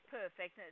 perfect